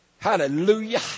Hallelujah